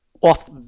Off